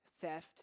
theft